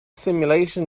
simulation